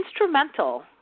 instrumental